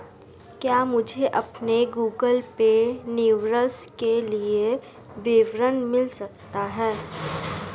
क्या मुझे अपने गूगल पे निवेश के लिए विवरण मिल सकता है?